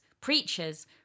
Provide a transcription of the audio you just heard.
preachers